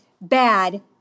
bad